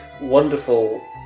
wonderful